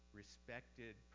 respected